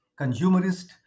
consumerist